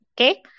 okay